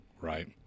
right